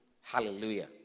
Hallelujah